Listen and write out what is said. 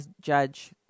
Judge